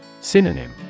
Synonym